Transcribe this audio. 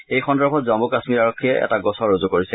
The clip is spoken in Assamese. এই সন্দৰ্ভত জম্মু কাশ্মীৰ আৰক্ষীয়ে এটা গোচৰ ৰুজু কৰিছিল